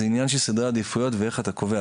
זה עניין של סדרי עדיפויות ואיך אתה קובע.